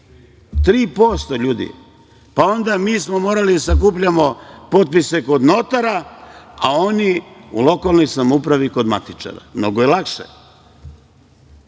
Ljudi, 3%! Onda, mi smo morali da sakupljamo potpise kod notara, a oni u lokalnoj samoupravi kod matičara. Mnogo je lakše. Kažu